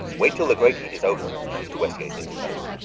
wait till the great heat is over, mr. westgate interposed.